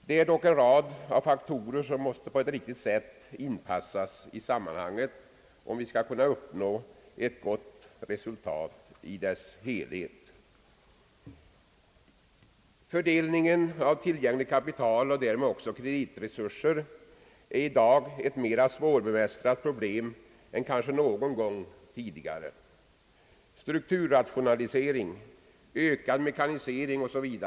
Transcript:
Det är dock en rad av faktorer som måste på ett riktigt sätt inpassas i sammanhanget, om vi skall kunna uppnå ett gott resultat i dess helhet. Fördelningen av tillgängligt kapital och därmed också kreditresurser är i dag ett mera svårbemästrat problem än kanske någon gång tidigare. Strukturrationalisering, ökad <mekanisering 0. S. Vv.